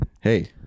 Hey